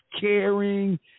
caring